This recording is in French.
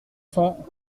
cents